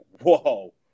whoa